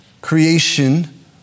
Creation